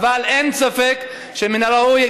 אין ספק שמן הראוי,